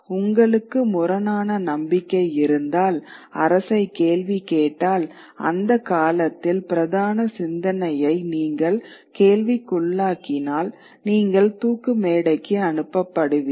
உங்களுக்கு முரணான நம்பிக்கை இருந்தால் அரசைக் கேள்வி கேட்டால் அந்தக் காலத்தில் பிரதான சிந்தனையை நீங்கள் கேள்விக்குள்ளாக்கினால் நீங்கள் தூக்கு மேடைக்கு அனுப்பப்படுவீர்கள்